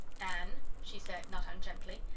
anne, she said not ungently.